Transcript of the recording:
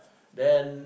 then